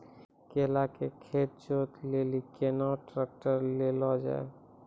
केला के खेत जोत लिली केना ट्रैक्टर ले लो जा?